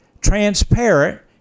transparent